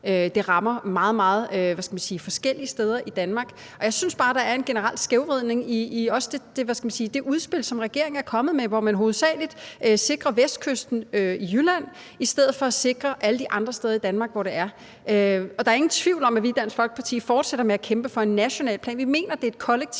Det rammer meget forskellige steder i Danmark. Jeg synes bare, der er en generel skævvridning i det udspil, regeringen er kommet med, hvor man hovedsagelig sikrer vestkysten i Jylland i stedet for at sikre alle de andre steder i Danmark, hvor det er. Der er ingen tvivl om, at vi i Dansk Folkeparti fortsætter med at kæmpe for en national plan. Vi mener, det er et kollektivt,